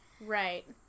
Right